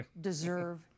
deserve